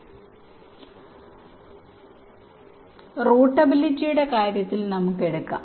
റൂട്ടബിലിറ്റിയുടെ കാര്യത്തിൽ നമുക്ക് എടുക്കാം